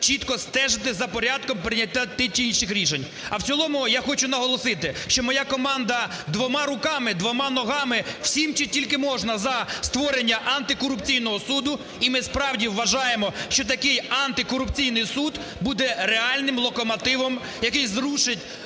чітко стежити за порядком прийняття тих чи інших рішень. А в цілому я хочу наголосити, що моя команда двома руками, двома ногами всім, що тільки можна, за створення антикорупційного суду. І ми справді вважаємо, що такий антикорупційний суд буде реальним локомотивом, який зрушить